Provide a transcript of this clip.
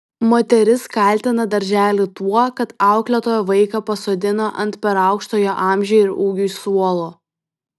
moteris kaltina darželį tuo kad auklėtoja vaiką pasodino ant per aukšto jo amžiui ir ūgiui suolo